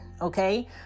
okay